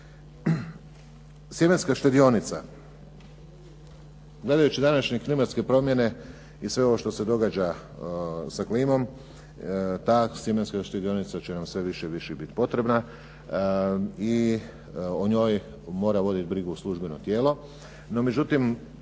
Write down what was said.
Sjemenska štedionica. Gledajući današnje klimatske promjene i sve ovo što se događa sa klimom, ta sjemenska štedionica će nam sve više i više biti potrebna. I o njoj mora voditi brigu službeno tijelo. No međutim,